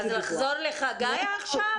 אז לחזור לחגי עכשיו?